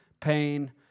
pain